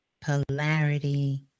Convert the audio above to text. polarity